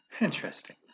Interesting